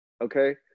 Okay